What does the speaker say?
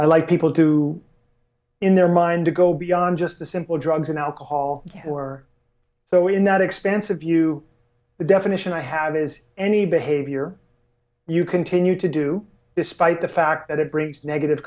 i like people to in their mind to go beyond just the simple drugs and alcohol or so we're not expensive you the definition i have is any behavior you continue to do despite the fact that it brings negative